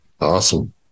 Awesome